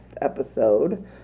episode